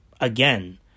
again